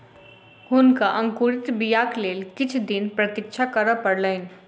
हुनका अंकुरित बीयाक लेल किछ दिन प्रतीक्षा करअ पड़लैन